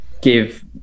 give